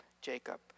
Jacob